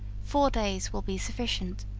four days will be sufficient.